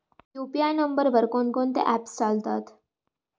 UPI नंबरवर कोण कोणते ऍप्स चालतात?